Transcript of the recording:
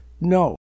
No